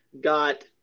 got